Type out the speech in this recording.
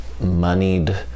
moneyed